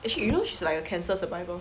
actually you know she's like a cancer survivor